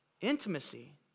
Intimacy